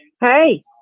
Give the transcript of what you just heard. Hey